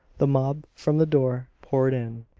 the mob from the door poured in.